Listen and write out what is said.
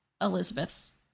Elizabeth's